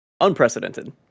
unprecedented